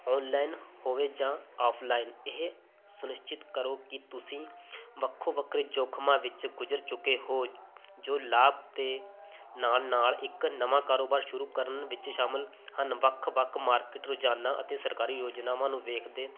online ਹੋਵੇ ਜਾਂ offline ਇਹ ਸੁਨਿਸ਼ਚਿਤ ਕਰੋ ਕਿ ਤੁਸੀਂ ਵੱਖੋ ਵੱਖਰੇ ਜੋਖ਼ਮਾਂ ਵਿੱਚ ਗੁਜ਼ਰ ਚੁੱਕੇ ਹੋ ਜੋ ਲਾਭ ਦੇ ਨਾਲ ਨਾਲ ਇੱਕ ਨਵਾਂ ਕਾਰੋਬਾਰ ਸ਼ੁਰੂ ਕਰਨ ਵਿੱਚ ਸ਼ਾਮਿਲ ਹਨ ਵੱਖ ਵੱਖ ਮਾਰਕੀਟ ਰੋਜ਼ਾਨਾ ਅਤੇ ਸਰਕਾਰੀ ਯੋਜਨਾਵਾਂ ਨੂੰ ਵੇਖਦੇ